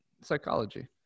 Psychology